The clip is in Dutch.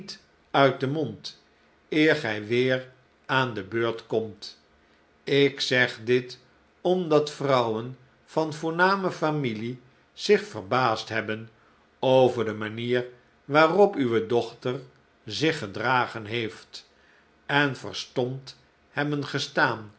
uit den mond eer gij weer aan de beurt komt ik zeg dit omdat vrouwen van voorname familie zich verbaasd hebben over de manier waaiop uwe dochter zich gedragen heeft en verstomd hebben gestaan